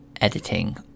editing